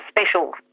special